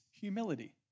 humility